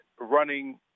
running